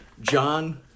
John